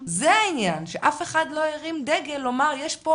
זה העניין, שאף אחד לא הרים דגל לומר יש פה